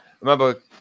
remember